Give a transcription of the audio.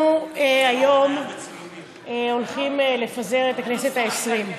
אנחנו היום הולכים לפזר הכנסת העשרים.